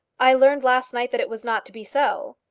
i learned last night that it was not to be so.